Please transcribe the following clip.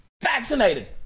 Vaccinated